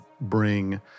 bring